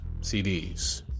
CDs